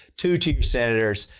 two to your senators.